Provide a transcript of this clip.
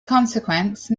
consequence